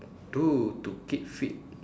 do to keep fit